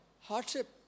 hardship